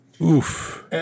Oof